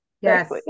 yes